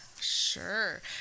Sure